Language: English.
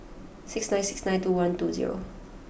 six nine six nine two one two zero